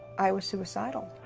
i was suicidal.